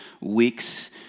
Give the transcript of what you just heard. weeks